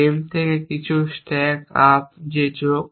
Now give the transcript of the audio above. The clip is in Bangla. M থেকে কিছু স্ট্যাক আপ এবং যে যোগ